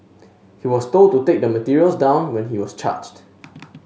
he was told to take the materials down when he was charged